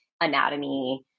anatomy